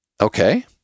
Okay